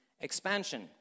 expansion